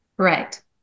Correct